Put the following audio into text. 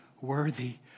worthy